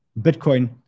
Bitcoin